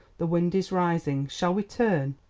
the wind is rising shall we turn?